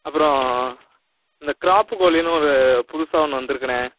அப்புறோம் இந்த கிராப்புக்கோழின்னு ஒரு புதுசாக ஒன்று வந்துருக்குண்ணே